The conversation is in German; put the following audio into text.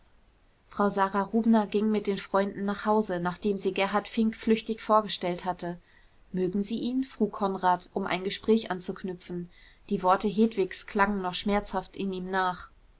frau sara rubner ging mit den freunden nach hause nachdem sie gerhard fink flüchtig vorgestellt hatte mögen sie ihn frug konrad um ein gespräch anzuknüpfen die worte hedwigs klangen noch schmerzhaft in ihm nach